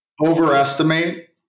overestimate